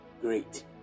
Great